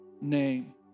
name